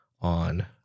on